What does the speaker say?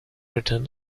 return